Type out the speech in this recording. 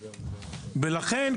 לכן,